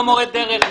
לא מורה דרך,